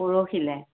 পৰহিলে